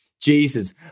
Jesus